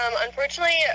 Unfortunately